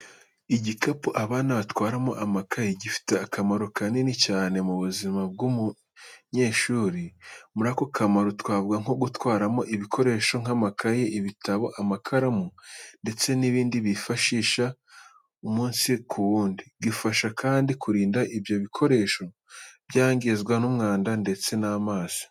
Igikapu abana batwaramo amakayi gifite akamaro kanini cyane mu buzima bw’umunyeshuri. Muri ako kamaro twavuga nko gutwaramo ibikoresho nk'amakayi, ibitabo, amakaramu ndetse n'ibindi bifashisha umunsi ku wundi. Gifasha kandi kurinda ko ibyo ibikoresho byangizwa n'umwanda ndetse n'amazi.